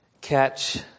catch